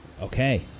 okay